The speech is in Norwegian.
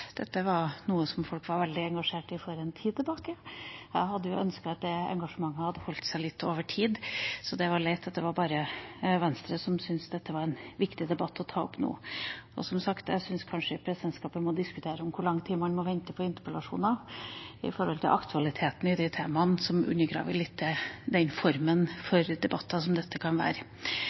Dette er noe som folk var veldig engasjert i for en tid tilbake. Jeg hadde ønsket at det engasjementet hadde holdt seg litt over tid. Det er leit at det er bare Venstre som syns dette er en viktig debatt å ta opp nå. Og, som sagt, jeg syns kanskje presidentskapet må diskutere hvor lang tid man må vente på interpellasjoner i forhold til aktualiteten i temaene, som undergraver litt den formen for debatter som dette kan være.